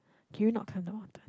can you not climb the mountain